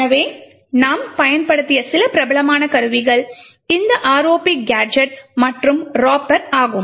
எனவே நாம் பயன்படுத்திய சில பிரபலமான கருவிகள் இந்த ROP கேஜெட் மற்றும் ராப்பர் ஆகும்